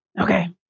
Okay